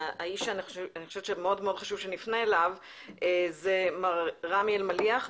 האיש שמאוד מאוד חשוב שנפנה אליו זה מר רמי אלמליח,